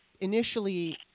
initially